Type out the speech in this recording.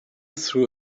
threw